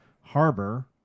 Harbor